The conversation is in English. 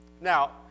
Now